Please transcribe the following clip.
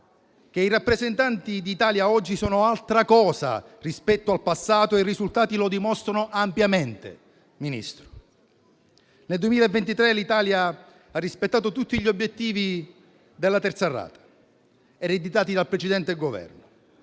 che i rappresentanti dell'Italia oggi sono altra cosa rispetto al passato, e i risultati lo dimostrano ampiamente. Nel 2023 l'Italia ha rispettato tutti gli obiettivi della terza rata ereditati dal precedente Governo.